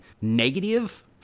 negative